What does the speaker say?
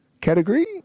category